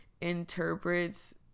interprets